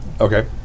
Okay